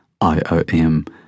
IOM